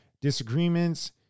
disagreements